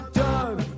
done